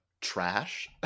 trash